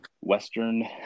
Western